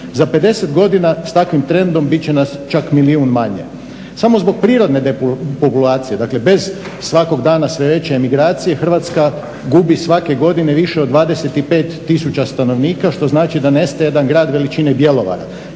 Za 50 godina s takvim trendom bit će nas čak milijun manje. Samo zbog prirodne depopulacije, dakle bez svakog dana sve veće emigracije Hrvatska gubi svake godine više od 25000 stanovnika što znači da nestaje jedan grad veličine Bjelovara.